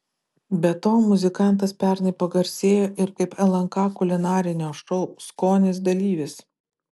be to muzikantas pernai pagarsėjo ir kaip lnk kulinarinio šou skonis dalyvis